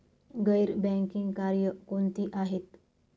गैर बँकिंग कार्य कोणती आहेत?